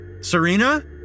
Serena